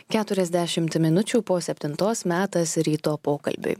keturiasdešimt minučių po septintos metas ryto pokalbiui